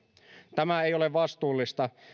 tämä ei ole vastuullista